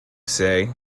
say